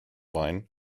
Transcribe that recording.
wein